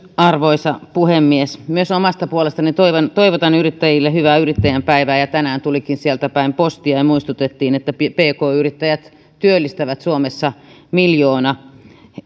arvoisa puhemies myös omasta puolestani toivotan yrittäjille hyvää yrittäjän päivää tänään tulikin sieltäpäin postia ja muistutettiin että pk yrittäjät työllistävät suomessa miljoona